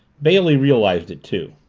bailey realized it, too.